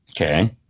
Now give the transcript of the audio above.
okay